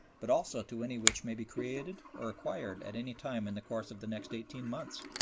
but also to any which may be created or acquired at any time in the course of the next eighteen months.